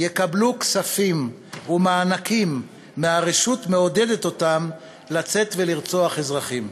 יקבלו כספים ומענקים מהרשות מעודדת אותם לצאת ולרצוח אזרחים.